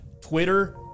Twitter